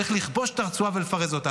צריך לכבוש את הרצועה ולפרז אותה.